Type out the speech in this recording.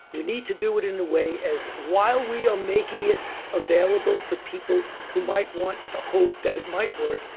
we need to do it in a way as while we are making it available for people who might want the hope that it might work,